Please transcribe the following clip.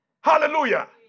Hallelujah